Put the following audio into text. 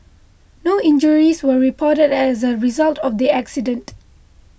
no injuries were reported as a result of the accident